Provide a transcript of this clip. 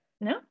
No